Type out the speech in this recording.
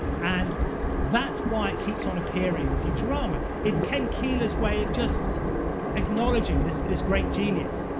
and that's why it keeps on appearing in futurama. it's ken keeler's way of just acknowledging this this great genius,